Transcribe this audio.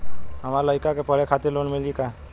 हमरे लयिका के पढ़े खातिर लोन मिलि का?